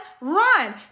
run